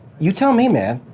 you tell me, man.